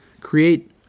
create